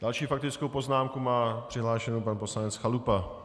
Další faktickou poznámku má přihlášenu pan poslanec Chalupa.